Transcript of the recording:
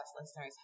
listeners